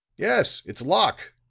yes. it's locke.